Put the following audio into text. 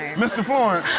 mr. florence,